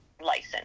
license